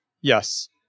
Yes